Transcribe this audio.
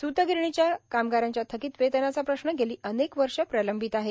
स्तगिरणीच्या कामगारांच्या थकीत वेतनाचा प्रश्न गेली अनेक वर्षे प्रलंबित आहे